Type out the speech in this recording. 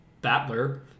battler